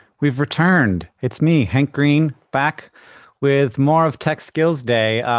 we've returned. it's me, hank green, back with more of tech skills day.